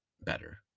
better